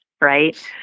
right